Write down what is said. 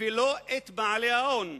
ולא את בעלי ההון.